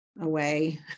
away